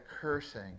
cursing